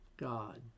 God